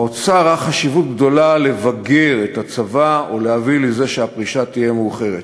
האוצר ראה חשיבות גדולה לבגר את הצבא ולהביא לזה שהפרישה תהיה מאוחרת.